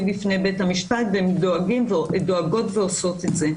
בפני בית המשפט והם דואגות ועושות זאת.